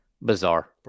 Bizarre